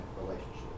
relationship